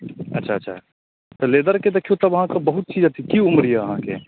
अच्छा अच्छा तऽ लेदरके देखिऔ तब अहाँके बहुत चीज अथी की उम्र अइ अहाँके